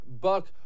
Buck